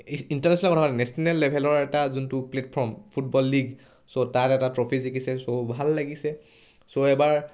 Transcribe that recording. international কথা কোৱা নাই নেচনেল লেভেলৰ এটা যোনটো প্লেটফৰ্ম ফুটবল লীগ ছ' তাত এটা ট্ৰফি জিকিছে চ' ভাল লাগিছে চ' এবাৰ